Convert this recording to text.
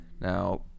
Now